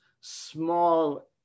small